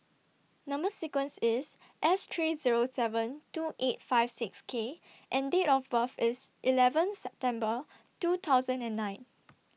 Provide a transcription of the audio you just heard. Number sequence IS S three Zero seven two eight five six K and Date of birth IS eleven September two thousand and nine